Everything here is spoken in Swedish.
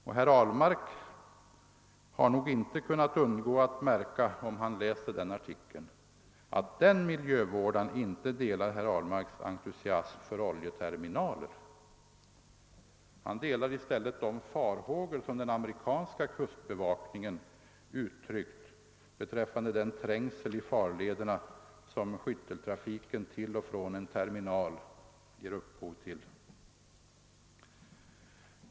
Om herr Ahlmark läser den artikeln kan han nög inte undgå att märka, att denne miljövårdare inte delar herr Ahlmarks entusiasm för oljeterminaler. Han delar i stället de farhågor som den amerikanska kustbevakningen uttryckt beträffande den trängsel i farlederna som skytteltrafiken till och från en terminal ger upphov till.